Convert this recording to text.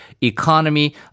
economy